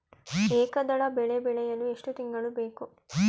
ಏಕದಳ ಬೆಳೆ ಬೆಳೆಯಲು ಎಷ್ಟು ತಿಂಗಳು ಬೇಕು?